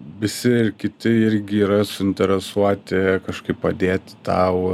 visi ir kiti irgi yra suinteresuoti kažkaip padėti tau